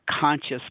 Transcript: conscious